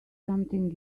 something